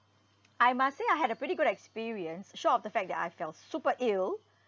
I must say I had a pretty good experience short of the fact that I felt super ill